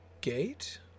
gate